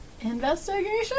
investigation